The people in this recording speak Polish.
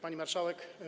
Pani Marszałek!